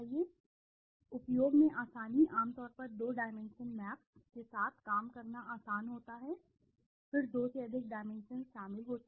अगली स्लाइड में आपको दिखाऊंगा उपयोग में आसानी आमतौर पर 2 डाइमेंशन मैप्स के साथ काम करना आसान होता है फिर 2 से अधिक डाइमेंशन्स शामिल होते हैं